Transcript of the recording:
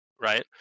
Right